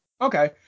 Okay